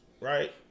right